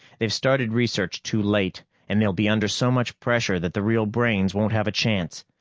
they've started research too late and they'll be under so much pressure that the real brains won't have a chance.